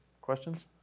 Questions